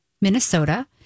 Minnesota